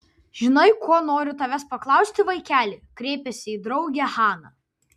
žinai ko noriu tavęs paklausti vaikeli kreipėsi į draugę hana